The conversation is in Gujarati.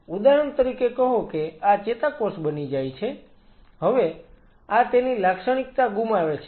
ઉદાહરણ તરીકે કહો કે આ ચેતાકોષ બની જાય છે હવે આ તેની લાક્ષણિકતા ગુમાવે છે